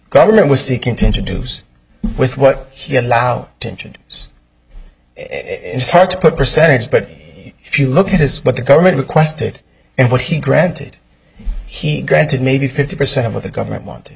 governor was seeking to introduce with what he allowed to enter and it's hard to put percentage but if you look at his what the government requested and what he granted he granted maybe fifty percent of what the government wanted